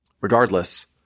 Regardless